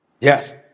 Yes